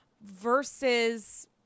versus